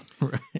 Right